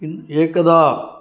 किन्तु एकदा